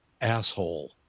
asshole